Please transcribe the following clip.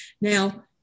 Now